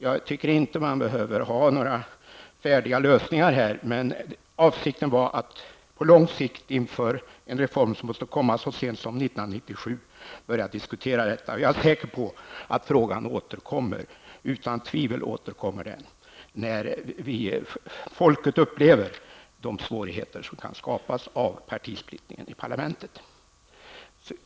Jag tycker inte att man här behöver ha några färdiga lösningar, utan avsikten var att på lång sikt inför den reform som måste komma så sent som 1997 börja diskutera dessa frågor. Utan tvivel återkommer denna fråga när folk börjar uppleva de svårigheter som kan skapas på grund av partisplittringen i parlamentet.